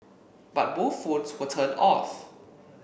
but both phones were turned off